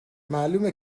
معلومه